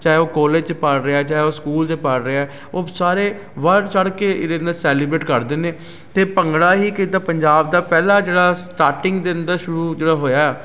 ਚਾਹੇ ਉਹ ਕੋਲੇਜ 'ਚ ਪੜ੍ਹ ਰਿਹਾ ਚਾਹੇ ਉਹ ਸਕੂਲ 'ਚ ਪੜ੍ਹ ਰਿਹਾ ਉਹ ਸਾਰੇ ਵੱਧ ਚੜ੍ਹ ਕੇ ਇਹਦੇ ਨਾਲ ਸੈਲੀਬ੍ਰੇਟ ਕਰਦੇ ਨੇ ਅਤੇ ਭੰਗੜਾ ਹੀ ਕਿੱਦਾਂ ਪੰਜਾਬ ਦਾ ਪਹਿਲਾਂ ਜਿਹੜਾ ਸਟਾਟਿੰਗ ਦਿਨ ਦਾ ਸ਼ੁਰੂ ਜਿਹੜਾ ਹੋਇਆ